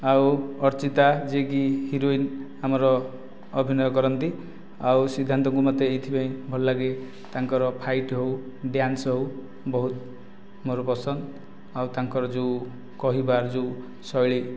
ଆଉ ଅର୍ଚ୍ଚିତା ଯିଏ କି ହିରୋଇନ ଆମର ଅଭିନୟ କରନ୍ତି ଆଉ ସିଦ୍ଧାନ୍ତକୁ ମୋତେ ଏଇଥିପାଇଁ ଭଲ ଲାଗେ ତାଙ୍କର ଫାଇଟ ହେଉ ଡାନ୍ସ ହେଉ ବହୁତ ମୋର ପସନ୍ଦ ଆଉ ତାଙ୍କର ଯେଉଁ କହିବାର ଯେଉଁ ଶୈଳୀ